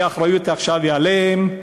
כי האחריות עכשיו עליהם,